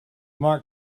mark